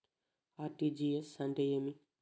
RTGS అంటే ఏమి